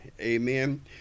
Amen